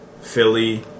Philly